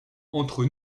entre